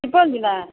सुपौल जिला